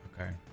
Okay